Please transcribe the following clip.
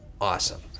awesome